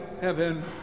heaven